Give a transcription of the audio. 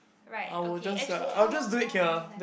right okay actually how long more do we have